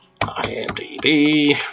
IMDb